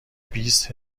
بیست